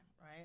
right